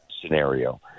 scenario